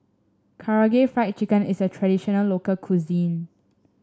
Karaage Fried Chicken is a traditional local cuisine